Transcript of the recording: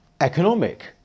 economic